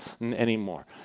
anymore